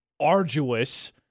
arduous